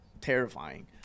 Terrifying